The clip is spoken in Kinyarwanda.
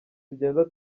tugenda